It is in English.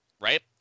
Right